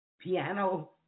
piano